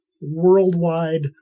worldwide